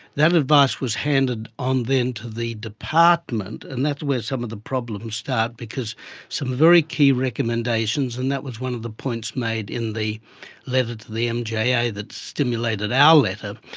that advice was handed on then to the department, and that's where some of the problems start because some very key recommendations, and that was one of the points made in the letter to the mja that stimulated our letter,